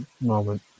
moment